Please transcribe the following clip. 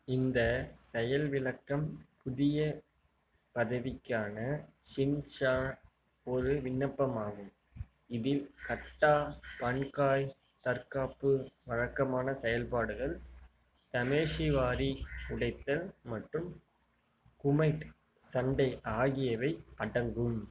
இந்த செயல்விளக்கம் புதிய பதவிக்கான ஷின்சா ஒரு விண்ணப்பமாகும் இதில் கட்டா பன்காய் தற்காப்பு வழக்கமான செயல்பாடுகள் தமேஷிவாரி உடைத்தல் மற்றும் குமைட் சண்டை ஆகியவை அடங்கும்